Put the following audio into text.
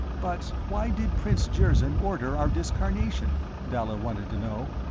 but why did prince jirzyn order our discarnation? dalla wanted to know.